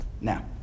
Now